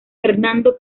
hernando